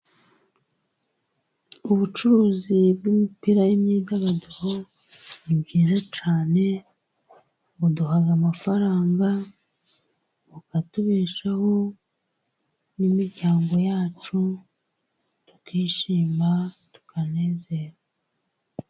Ubucuruzi bw'imipira y'imyidagaduro ni bwiza cyane, buduha amafaranga, bukatubeshaho n'imiryango yacu, tukishima tukanezerwa.